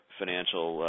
financial